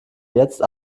jetzt